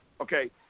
okay